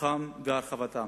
פיתוחם והרחבתם.